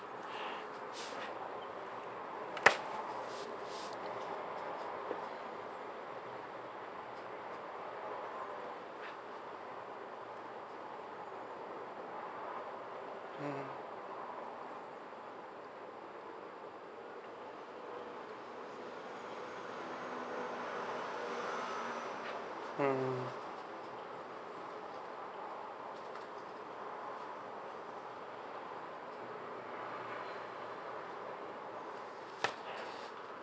hmm hmm